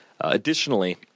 Additionally